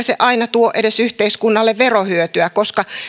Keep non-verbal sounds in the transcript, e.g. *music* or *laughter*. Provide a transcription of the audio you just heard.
*unintelligible* se aina edes tuo yhteiskunnalle verohyötyä koska